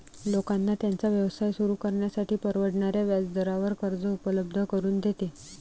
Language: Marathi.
लोकांना त्यांचा व्यवसाय सुरू करण्यासाठी परवडणाऱ्या व्याजदरावर कर्ज उपलब्ध करून देते